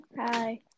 Hi